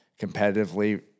competitively